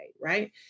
right